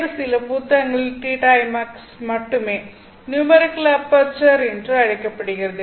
வேறு சில புத்தகங்களில் θimax மட்டுமே நியூமெரிக்கல் அபெர்ச்சர் என்று அழைக்கப்படுகிறது